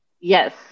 Yes